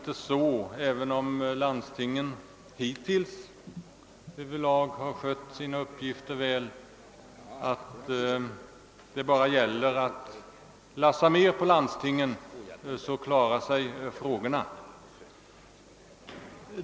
Även om lands tingen hittills över lag har skött sina uppgifter väl, kan inte alla problem lösas enbart genom att de övervältras på landstingen.